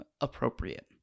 appropriate